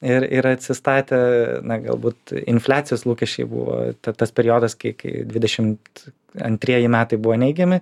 ir ir atsistatė na galbūt infliacijos lūkesčiai buvo ta tas periodas kai kai dvidešimt antrieji metai buvo neigiami